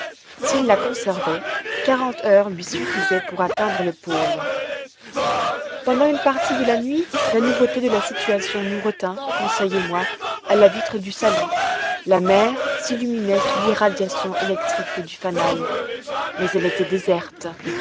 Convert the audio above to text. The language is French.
s'il la conservait quarante heures lui suffisaient pour atteindre le pôle pendant une partie de la nuit la nouveauté de la situation nous retint conseil et moi à la vitre du salon la mer s'illuminait sous l'irradiation électrique du fanal mais elle était déserte